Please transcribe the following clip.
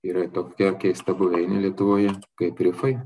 yra tokia keista buveinė lietuvoje kaip rifai